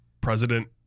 president